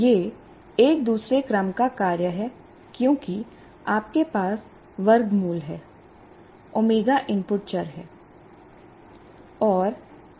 यह एक दूसरे क्रम का कार्य है क्योंकि आपके पास वर्गमूल है ओमेगा इनपुट है